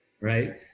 right